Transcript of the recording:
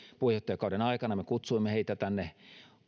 puheenjohtajakauden aikana me kutsuimme heitä tänne